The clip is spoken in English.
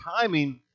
timing